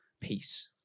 peace